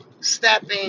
stepping